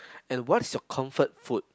and what's your comfort food